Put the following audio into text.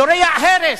זורע הרס,